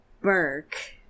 Burke